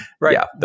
right